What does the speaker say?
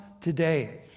today